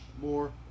more